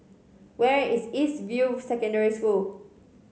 where is East View Secondary School